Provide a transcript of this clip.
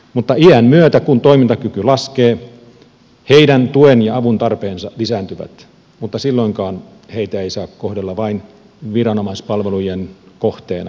mutta iän myötä kun toimintakyky laskee heidän tuen ja avuntarpeensa lisääntyvät mutta silloinkaan heitä ei saa kohdella vain viranomaispalvelujen kohteena objektina